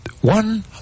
one